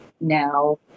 now